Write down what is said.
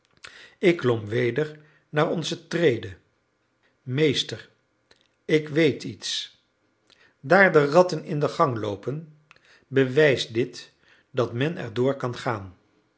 ik klom weder naar onze trede meester ik weet iets daar de ratten in de gang loopen bewijst dit dat men erdoor kan gaan